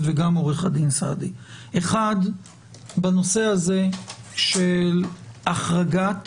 ועו"ד סעדי אחת - בנושא הזה של החרגת